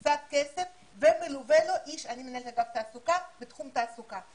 קצת כסף ומלווה לו איש - אני מנהלת אגף תעסוקה בתחום תעסוקה.